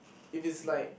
if it's like